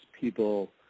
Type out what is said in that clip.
people